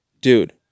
dude